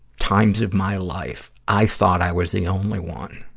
times of my life, i thought i was the only one.